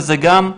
וזה גם,